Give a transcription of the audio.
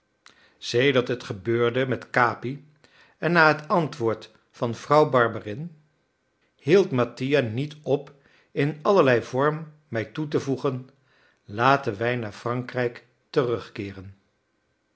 sedert het gebeurde met capi en na het antwoord van vrouw barberin hield mattia niet op in allerlei vorm mij toe te voegen laten wij naar frankrijk terugkeeren